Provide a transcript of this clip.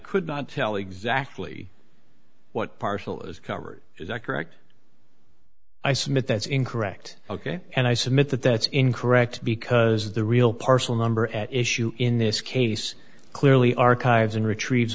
could not tell exactly what partial is covered is that correct i submit that's incorrect ok and i submit that that's incorrect because the real parcel number at issue in this case clearly archives and retrieves